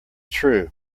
true